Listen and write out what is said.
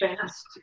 fast